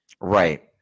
right